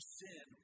sin